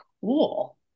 cool